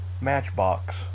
Matchbox